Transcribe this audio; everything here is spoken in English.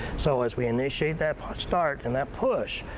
so, as we initiate that start and that push,